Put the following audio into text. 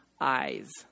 eyes